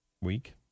Week